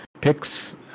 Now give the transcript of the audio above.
Picks